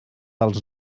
els